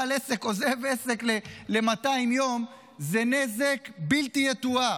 בעל עסק עוזב עסק ל-200 יום, זה נזק בלתי יתואר.